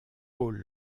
paul